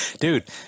Dude